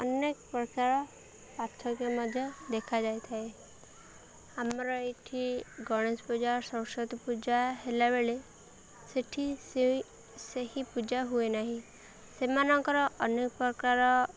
ଅନେକ ପ୍ରକାର ପାର୍ଥକ୍ୟ ମଧ୍ୟ ଦେଖାଯାଇଥାଏ ଆମର ଏଇଠି ଗଣେଶ ପୂଜା ସରସ୍ଵତୀ ପୂଜା ହେଲା ବେଳେ ସେଠି ସେ ସେହି ପୂଜା ହୁଏ ନାହିଁ ସେମାନଙ୍କର ଅନେକ ପ୍ରକାର